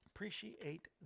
appreciate